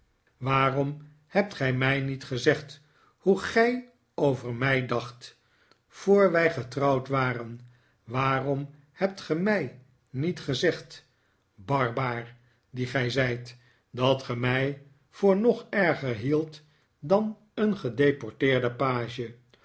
waarom hebt gij mij niet gezegd hoe gij over mij dacht voor wij getrouwd waren waarom hebt ge mij niet gezegd barbaar die ge zijt dat ge mij voor nog erger hield dan een gedeporteerden page